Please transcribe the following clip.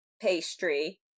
pastry